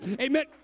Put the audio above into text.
amen